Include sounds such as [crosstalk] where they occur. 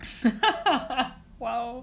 [laughs] !wow!